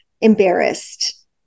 embarrassed